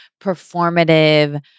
performative